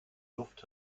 luft